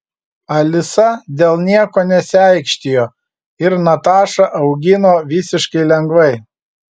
alisa dėl nieko nesiaikštijo ir natašą augino visiškai lengvai